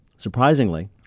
surprisingly